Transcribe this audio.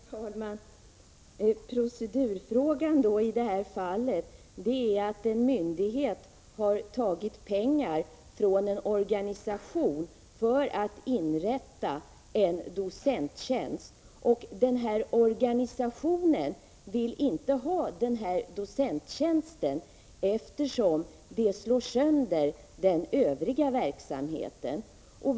Herr talman! Procedurenii det här fallet har varit att en myndighet har tagit pengar från en organisation för att inrätta en docenttjänst. Organisationen i fråga vill inte ha denna docenttjänst, eftersom det innebär att den övriga verksamheten slås sönder.